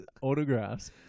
autographs